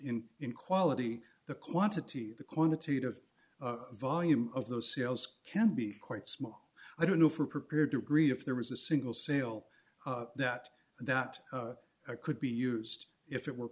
in in quality the quantity the quantity of volume of those sales can be quite small i don't know if we're prepared to agree if there was a single sale that that could be used if it were